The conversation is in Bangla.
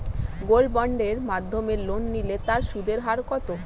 গোল্ড বন্ডের মাধ্যমে লোন নিলে তার সুদের হার কত?